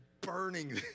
burning